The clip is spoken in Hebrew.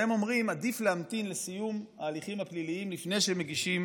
והם אומרים: עדיף להמתין לסיום ההליכים הפליליים לפני שמגישים